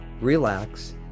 relax